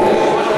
ברור,